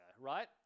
right